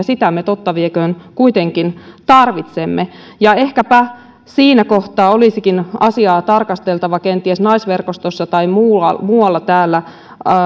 sitä me totta vieköön kuitenkin tarvitsemme ehkäpä siinä kohtaa olisikin asiaa tarkasteltava kenties naisverkostossa tai muualla muualla täällä